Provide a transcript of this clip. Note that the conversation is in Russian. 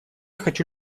хочу